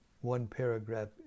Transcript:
one-paragraph